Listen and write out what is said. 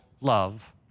love